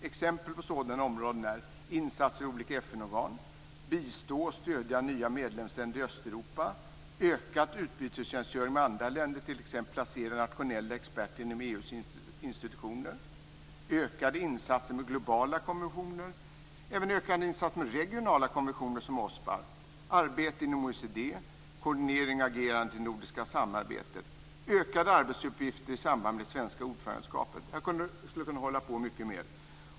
Exempel på sådana områden är insatser i olika FN-organ, att bistå och stödja nya medlemsländer i Östeuropa, ökad utbytestjänstgöring med andra länder, t.ex. att placera nationella experter inom EU:s institutioner, ökade insatser med globala konventioner, även ökade insatser inom regionala konventioner som OSPAR, arbete inom OECD, koordinering av agerandet i det nordiska samarbetet och ökade arbetsuppgifter i samband med det svenska ordförandeskapet. Jag skulle kunna nämna många fler exempel.